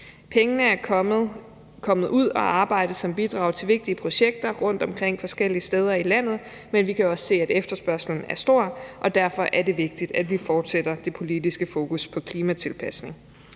Pengene er kommet ud at arbejde som bidrag til vigtige projekter rundtomkring forskellige steder i landet, men vi kan jo også se, at efterspørgslen er stor, og derfor er det vigtigt, at vi fortsætter det politiske fokus på klimatilpasning.